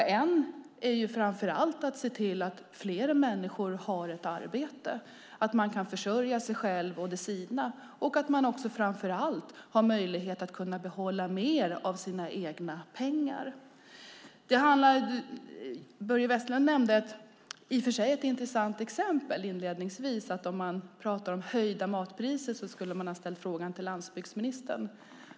Viktigt är att se till att fler människor har ett arbete, kan försörja sig själva och de sina och får behålla mer av sina pengar. Börje Vestlund sade inledningsvis att om man talar om höjda matpriser skulle man ställa frågan till landsbygdsministern.